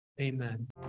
Amen